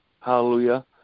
Hallelujah